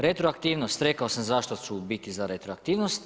Retroaktivnost, rekao sam zašto ću biti za retroaktivnost.